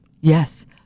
Yes